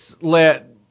let